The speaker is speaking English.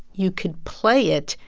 you could play it,